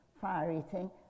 fire-eating